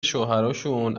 شوهراشون